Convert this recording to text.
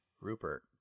Rupert